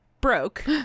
broke